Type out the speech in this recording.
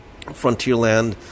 Frontierland